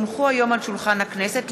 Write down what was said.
כי הונחו היום על שולחן הכנסת,